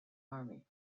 army